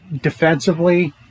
defensively